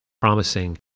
promising